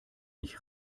nicht